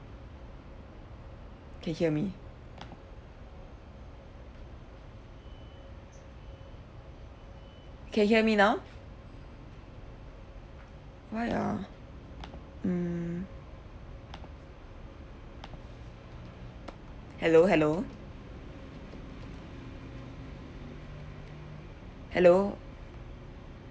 can hear me can hear me now why ah mm hello hello hello